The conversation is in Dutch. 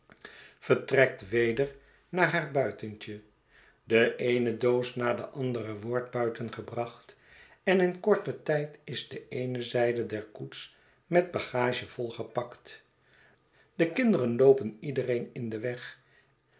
vertrekt weder naar haar buitentje de eene doos na de andere wordt buitengebracht en in korten tijd is de eene zijde der koets met bagage volgepakt de kinderen loopen iedereen in den weg